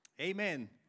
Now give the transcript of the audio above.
Amen